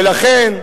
ולכן,